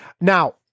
now